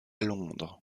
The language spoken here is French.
londres